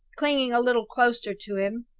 clinging a little closer to him.